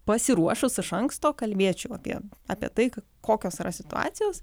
pasiruošus iš anksto kalbėčiau apie apie tai kokios yra situacijos